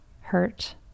hurt